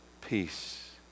peace